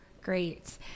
Great